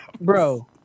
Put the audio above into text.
Bro